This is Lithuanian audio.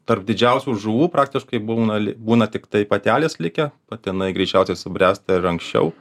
tarp didžiausių žuvų praktiškai būna būna tiktai patelės likę patinai greičiausiai subręsta ir anksčiau